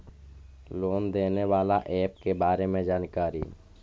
Loan देने बाला app के बारे मे जानकारी?